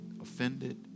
offended